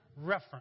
reference